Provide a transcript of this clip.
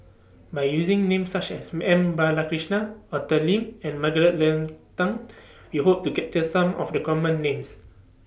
By using Names such as M Balakrishnan Arthur Lim and Margaret Leng Tan We Hope to capture Some of The Common Names